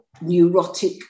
neurotic